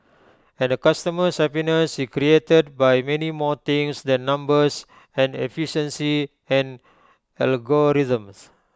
and A customer's happiness is created by many more things than numbers and efficiency and algorithms